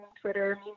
Twitter